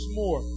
more